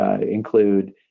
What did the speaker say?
include